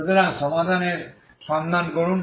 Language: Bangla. সুতরাং সমাধানের সন্ধান করুন